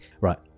Right